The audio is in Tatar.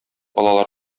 алалар